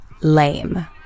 Lame